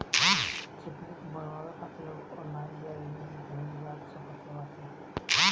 chequebook बनवावे खातिर अब ऑनलाइन भी आवेदन देहल जा सकत बाटे